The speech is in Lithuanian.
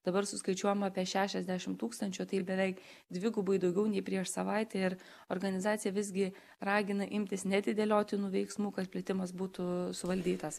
dabar suskaičiuojama apie šešiasdešim tūkstančių tai beveik dvigubai daugiau nei prieš savaitę ir organizacija visgi ragina imtis neatidėliotinų veiksmų kad plitimas būtų suvaldytas